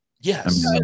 Yes